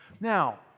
Now